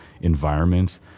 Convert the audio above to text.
environments